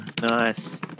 Nice